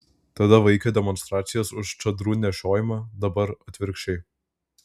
tada vaikė demonstracijas už čadrų nešiojimą dabar atvirkščiai